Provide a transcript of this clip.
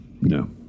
No